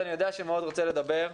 אני אומרת שזה בודדים.